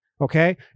okay